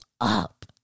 up